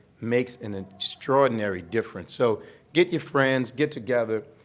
makes an an extraordinary difference. so get your friends, get together,